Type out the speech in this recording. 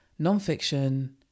nonfiction